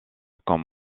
comme